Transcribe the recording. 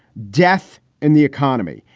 death in the economy.